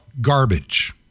garbage